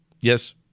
Yes